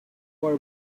wore